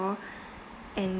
and